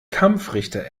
kampfrichter